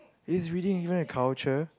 is it really you want to culture